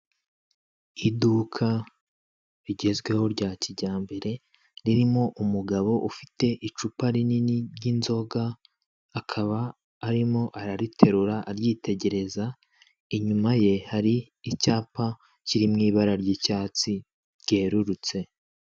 Iduka rigezweho rya kijyambere ririmo umugabo ufite icupa rinini ry'inzoga, akaba arimo arariterura aryitegereza, inyuma ye hari icyapa kiri mu ibara ry'icyatsi ryerurutse.